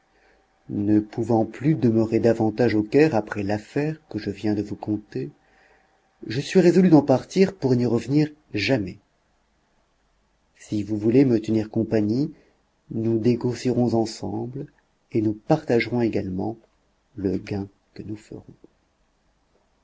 ne pouvant plus demeurer davantage au caire après l'affaire que je viens de vous conter je suis résolu d'en partir pour n'y revenir jamais si vous voulez me tenir compagnie nous négocierons ensemble et nous partagerons également le gain que nous ferons